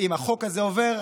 ואם החוק הזה עובר,